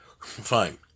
Fine